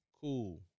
Cool